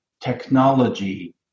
technology